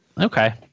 okay